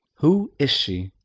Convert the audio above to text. who is she?